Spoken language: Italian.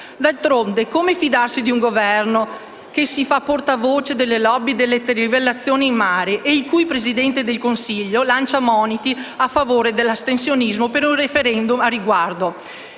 D'altronde, come fidarsi di un Governo che si fa portavoce delle *lobby* delle trivellazioni in mare e il cui Presidente del Consiglio lancia moniti a favore dell'astensionismo per un *referendum* al riguardo?